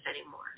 anymore